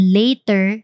later